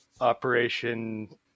Operation